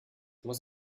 muss